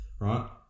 Right